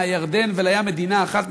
מהירדן ולים מדינה אחת,